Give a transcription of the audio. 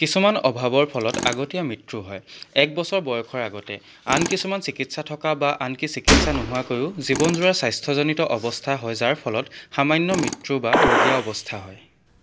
কিছুমান অভাৱৰ ফলত আগতীয়া মৃত্যু হয় এক বছৰ বয়সৰ আগতে আন কিছুমান চিকিৎসা থকা বা আনকি চিকিৎসা নোহোৱাকৈও জীৱনজোৰা স্বাস্থ্যজনিত অৱস্থা হয় যাৰ ফলত সামান্য মৃত্যু বা ৰুগীয়া অৱস্থা হয়